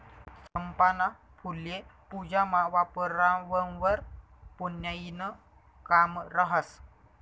चंपाना फुल्ये पूजामा वापरावंवर पुन्याईनं काम रहास